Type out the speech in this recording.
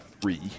three